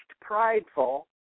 prideful